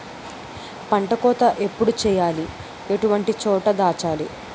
పంట కోత ఎప్పుడు చేయాలి? ఎటువంటి చోట దాచాలి?